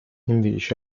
invece